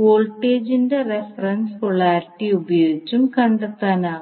വോൾട്ടേജിന്റെ reference polarity ഉപയോഗിച്ച് കണ്ടെത്താനാകും